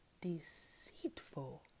deceitful